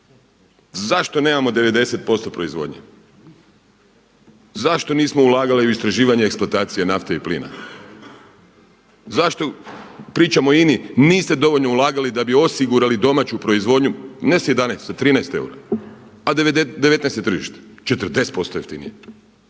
Zašto nemamo 90% proizvodnje? Zašto nismo ulagali u istraživanje i eksploatacije nafte i plina? Zašto pričamo o INA-i niste dovoljno ulagali da bi osigurali domaću proizvodnju ne sa 11 sa 13 eura, a 19 je tržište. 40% jeftinije.